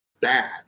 bad